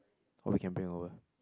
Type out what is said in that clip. or we can bring our own